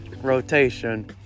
rotation